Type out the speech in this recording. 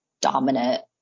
dominant